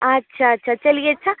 अच्छा अच्छा चलिए अच्छा